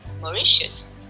Mauritius